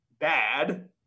bad